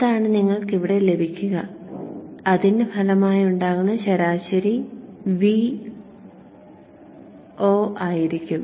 അതാണ് നിങ്ങൾക്ക് ഇവിടെ ലഭിക്കുക അതിന്റെ ഫലമായുണ്ടാകുന്ന ശരാശരി Vo ആയിരിക്കും